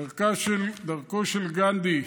דרכו של גנדי,